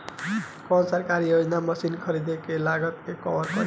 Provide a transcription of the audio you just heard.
कौन सरकारी योजना मशीन खरीदले के लागत के कवर करीं?